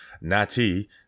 Natty